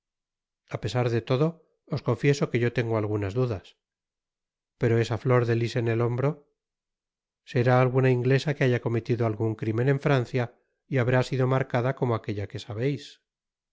a pesar de todo os confiese que yo tengo algunas dudas pero esa flor de lis en el hombro será algunaingteea'qne haya cometido algun crimen en francia y habrá sido marcada como aquella que sabeis